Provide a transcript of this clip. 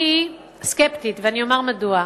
אני סקפטית, ואני אומר מדוע: